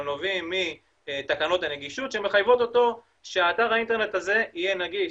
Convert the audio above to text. אבל נובעים מתקנות הרגישות שמחייבות אותו שאתר האינטרנט הזה יהיה נגיש.